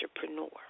entrepreneur